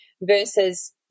versus